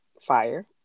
fire